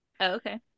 Okay